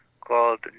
called